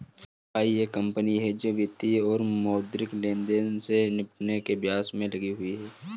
FI एक company है जो वित्तीय और मौद्रिक लेनदेन से निपटने के व्यवसाय में लगी हुई है